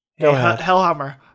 Hellhammer